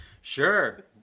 Sure